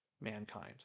mankind